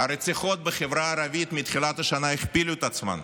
הרציחות בחברה הערבית מתחילת השנה הכפילו את עצמן,